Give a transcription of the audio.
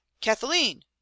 Kathleen